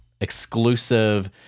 exclusive